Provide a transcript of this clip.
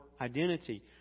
identity